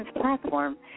platform